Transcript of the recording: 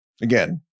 Again